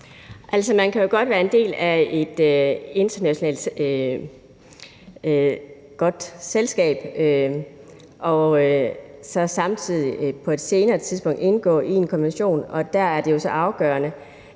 man kan jo godt være en del af et internationalt godt selskab og så samtidig på et senere tidspunkt indgå i en konvention. Og der er det jo så afgørende,